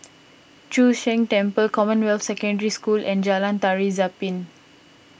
Chu Sheng Temple Commonwealth Secondary School and Jalan Tari Zapin